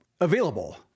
available